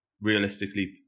realistically